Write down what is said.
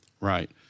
right